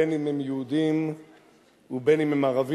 בין אם הם יהודים ובין אם הם ערבים,